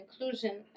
inclusion